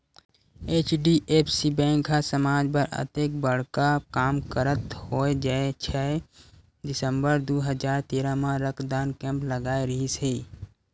HDFC bank ह समाज बर अतेक बड़का काम करत होय छै दिसंबर दू हजार तेरा म रक्तदान कैम्प लगाय रिहिस हे